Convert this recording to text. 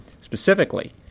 Specifically